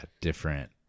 different